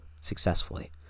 successfully